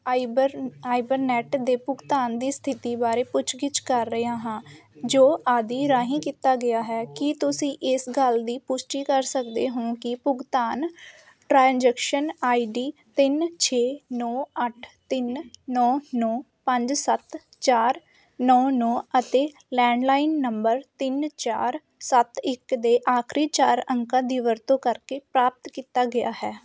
fibre fibre net ਦੇ ਭੁਗਤਾਨ ਦੀ ਸਥਿਤੀ ਬਾਰੇ ਪੁੱਛ ਗਿੱਛ ਕਰ ਰਿਹਾ ਹਾਂ ਜੋ ਆਦਿ ਰਾਹੀਂ ਕੀਤਾ ਗਿਆ ਹੈ ਕੀ ਤੁਸੀਂ ਇਸ ਗੱਲ ਦੀ ਪੁਸ਼ਟੀ ਕਰ ਸਕਦੇ ਹੋ ਕਿ ਭੁਗਤਾਨ ਟ੍ਰਾਂਜੈਕਸ਼ਨ ਆਈਡੀ ਤਿੰਨ ਛੇ ਨੌਂ ਅੱਠ ਤਿੰਨ ਨੌਂ ਨੌਂ ਪੰਜ ਸੱਤ ਚਾਰ ਨੌਂ ਨੌਂ ਅਤੇ ਲੈਂਡਲਾਈਨ ਨੰਬਰ ਤਿੰਨ ਚਾਰ ਸੱਤ ਇੱਕ ਦੇ ਆਖਰੀ ਚਾਰ ਅੰਕਾਂ ਦੀ ਵਰਤੋਂ ਕਰਕੇ ਪ੍ਰਾਪਤ ਕੀਤਾ ਗਿਆ ਹੈ